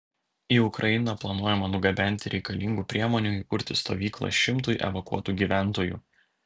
į ukrainą planuojama nugabenti reikalingų priemonių įkurti stovyklą šimtui evakuotų gyventojų